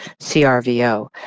CRVO